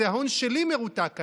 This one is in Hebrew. זה הון שלי מרותק כאן,